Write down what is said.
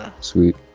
sweet